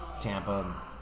Tampa